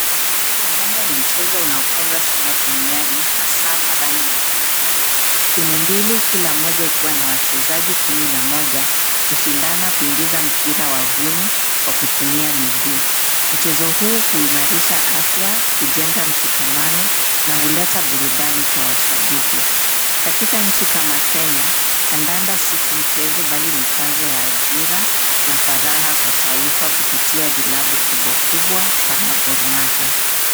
Kandanda ni mchezo unaopendwa sana duniani, hasa barani Afrika. Timu mbili kila moja likiwa na wachezaji kumi na moja hushindana kuingiza mpira wavuni kwa kutumia miguu. Mchezo huu huimarisha afya, hujenga mshikamano na huleta burudani kwa washabiki katika nchi kama kenya. Kandanda si tu mchezo bali chanzo ya ajira na faraha ya taifa kupitia vilabu kubwa kubwa kama Gor Mahia.